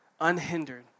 unhindered